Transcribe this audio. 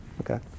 Okay